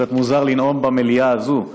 קצת מוזר לנאום במליאה הזאת,